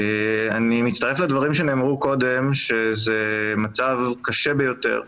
אני מצטרף לדברים שנאמרו קודם, שזה מצב קשה ביותר.